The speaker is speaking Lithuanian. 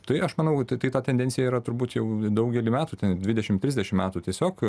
tai aš manau tai ta tendencija yra turbūt jau daugelį metų ten dvidešim trisdešim metų tiesiog